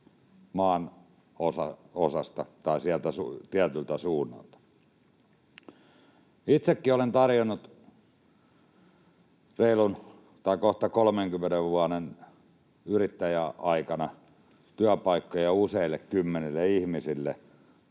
maanosasta tai sieltä tietyltä suunnalta. Itsekin olen tarjonnut kohta 30 vuoden yrittäjäaikana työpaikkoja useille kymmenille ihmisille,